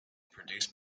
produced